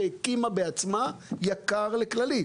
שהקימה בעצמה יק"ר לכללית,